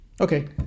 Okay